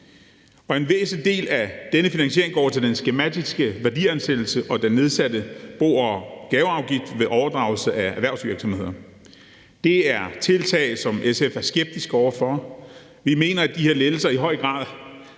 En væsentlig del af denne finansiering går til den skematiske værdiansættelse og den nedsatte bo- og gaveafgift ved overdragelse af erhvervsvirksomheder. Det er tiltag, som SF er skeptiske over for. Vi mener, at de her lettelser i høj grad